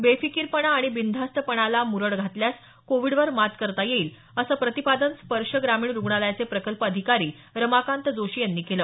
बेफिकीरपणा आणि बिनधास्तपणाला मुरड घातल्यास कोविडवर मात करता येईल असं प्रतिपादन स्पर्शे ग्रामीण रुग्णालयाचे प्रकल्प अधिकारी रमाकांत जोशी यांनी केलं